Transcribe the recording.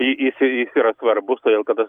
tai jis jis yra svarbus todėl kad